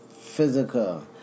physical